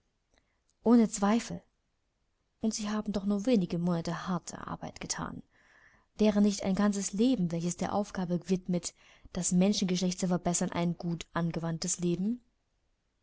ohne zweifel und sie haben doch nur wenige monate harte arbeit gethan wäre nicht ein ganzes leben welches der aufgabe gewidmet das menschengeschlecht zu bessern ein gut angewandtes leben